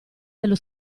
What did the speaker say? dello